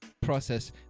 process